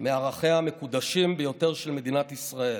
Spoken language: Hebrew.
מערכיה המקודשים ביותר של מדינת ישראל,